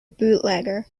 bootlegger